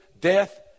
death